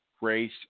race